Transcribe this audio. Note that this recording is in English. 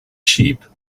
cheap